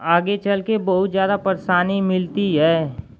आगे चलकर बहुत ज़्यादा परेशानी मिलती है